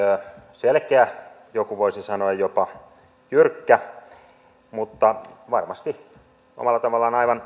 selkeä joku voisi sanoa jopa jyrkkä mutta varmasti omalla tavallaan aivan